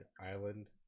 Island